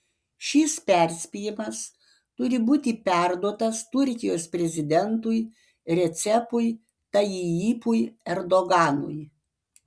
šis perspėjimas turi būti perduotas turkijos prezidentui recepui tayyipui erdoganui